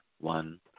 one